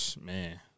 Man